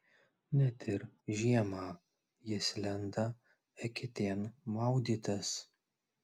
net ir žiemą jis lenda eketėn maudytis